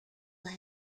eggs